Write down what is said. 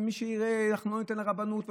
אנחנו לא ניתן לרבנות,